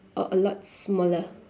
or a lot smaller